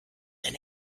than